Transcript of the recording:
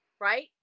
right